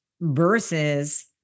versus